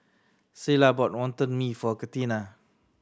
Cilla bought Wonton Mee for Catina